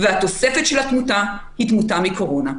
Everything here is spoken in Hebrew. והתוספת של התמותה היא תמותה מקורונה.